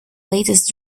lastest